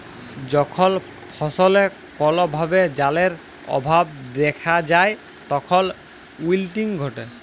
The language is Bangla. যখল ফসলে কল ভাবে জালের অভাব দ্যাখা যায় তখল উইলটিং ঘটে